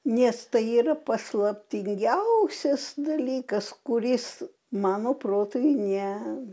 nes tai yra paslaptingiausias dalykas kuris mano protui ne